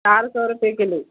चार सौ रुपए किलो